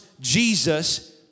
Jesus